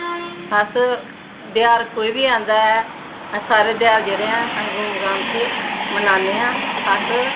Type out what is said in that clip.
अस तेहार कोई बी आंदा ऐ अस सारें तेहार जेह्ड़े ऐ अस धूम धाम से मनान्ने आं अस